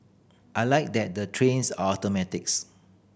I like that the trains are automatics